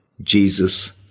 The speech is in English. Jesus